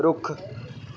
ਰੁੱਖ